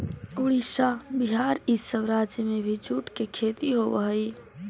उड़ीसा, बिहार, इ सब राज्य में भी जूट के खेती होवऽ हई